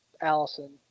Allison